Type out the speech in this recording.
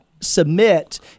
submit